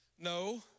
no